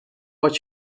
wat